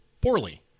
poorly